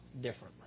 differently